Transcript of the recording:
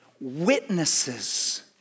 witnesses